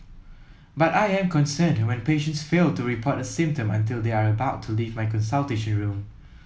but I am concerned when patients fail to report a symptom until they are about to leave my consultation room